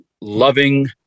loving